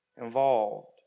involved